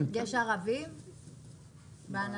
יש ערבים בהנהלה?